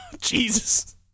Jesus